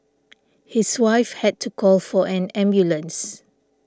his wife had to call for an ambulance